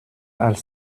als